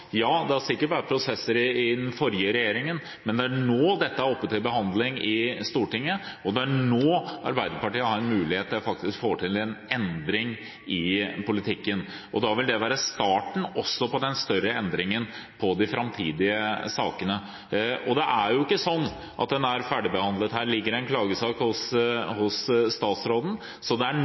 Det har sikkert vært prosesser i den forrige regjeringen, men det er nå dette er oppe til behandling i Stortinget, og det er nå Arbeiderpartiet har en mulighet til faktisk å få til en endring i politikken, og da vil det være starten også på den større endringen når det gjelder de framtidige sakene. Det er ikke sånn at dette er ferdigbehandlet. Her ligger det en klagesak hos statsråden, så det er